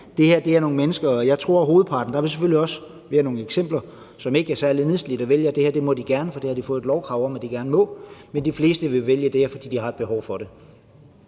det er en mærkelig diskussion at have. Der vil selvfølgelig også været nogle eksempler på folk, som ikke er særlig nedslidte, der vælger, at det her vil de gerne, fordi det har de fået lovkrav om de gerne må, men de fleste vil vælge det her, fordi de har et behov for det.